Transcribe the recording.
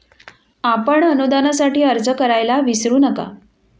आपण अनुदानासाठी अर्ज करायला विसरू नका